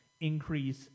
increase